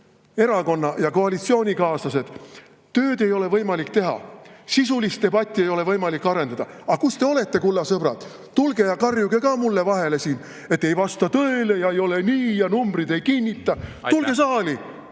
erakonna- ja koalitsioonikaaslased: tööd ei ole võimalik teha, sisulist debatti ei ole võimalik arendada. Aga kus te olete, kulla sõbrad? Tulge ja karjuge ka mulle vahele, et ei vasta tõele ja ei ole nii ja numbrid ei kinnita! Aitäh!